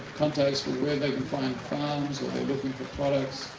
contacts. with where they can find farms. or they're looking for products.